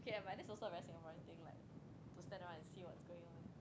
okay ah but that's also like a very Singaporean thing like to stand around and see what's going on